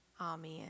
Amen